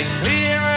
clear